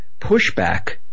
pushback